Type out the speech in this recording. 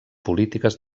polítiques